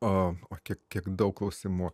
o kiek daug klausimų